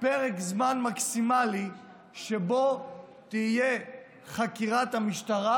פרק זמן מקסימלי שבו תהיה חקירת המשטרה